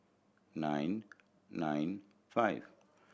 nine nine five